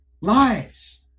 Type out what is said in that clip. lives